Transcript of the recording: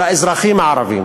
של האזרחים הערבים.